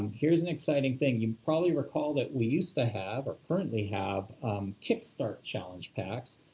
here's an exciting thing. you probably recall that we used to have or currently have kickstart challenge packs.